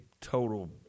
total